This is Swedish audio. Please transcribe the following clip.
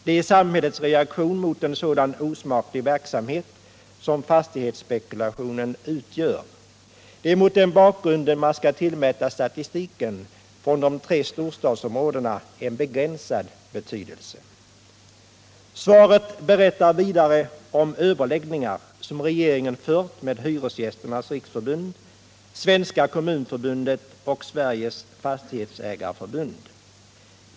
Det är samhällets reaktion mot en sådan osmaklig verksamhet som fastighetsspekulationen utgör. Det är mot den bakgrunden man skall tillmäta statistiken från de tre storstadsområdena en begränsad betydelse. Svaret berättar vidare om överläggningar som regeringen fört med Hyresgästernas riksförbund, Svenska kommunförbundet och Sveriges fastighetsägareförbund.